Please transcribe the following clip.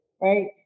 right